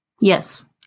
Yes